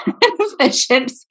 Efficient